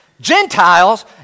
Gentiles